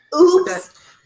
Oops